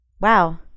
Wow